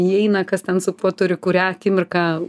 įeina kas ten su kuo turi kurią akimirką